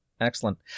Excellent